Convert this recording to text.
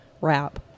wrap